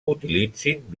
utilitzin